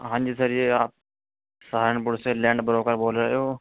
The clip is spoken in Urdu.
ہاں جی سر یہ آپ سہارنپور سے لینڈ بروکر بول رہے ہو